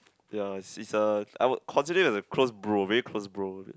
ya is a I would consider it a close bro very close bro